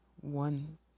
one